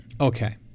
Okay